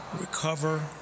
recover